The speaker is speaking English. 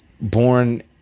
born